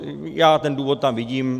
Já ten důvod tam vidím.